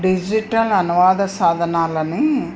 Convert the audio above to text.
digital అనువాద సాధనాలని